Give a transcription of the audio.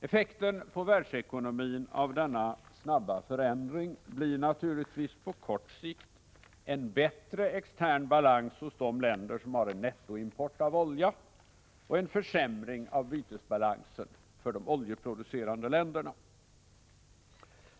Effekten på världsekonomin av denna snabba förändring blir naturligtvis, på kort sikt, en bättre extern balans hos de länder som har en nettoimport av olja och en försämring av bytesbalansen för de oljeproducerande länderna.